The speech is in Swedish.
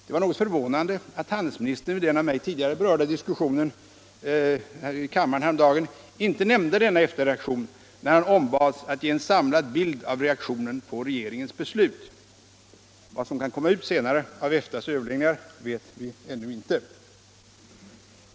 Det var något förvånande att handelsministern i den av mig tidigare berörda diskussionen i kammaren häromdagen inte nämnde denna EFTA-reaktion när han ombads att ge en samlad bild av reaktionen på regeringens beslut. Vad som kan komma ut senare av EFTA:s överläggningar vet vi ännu inte.